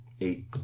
Eight